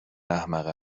احمقه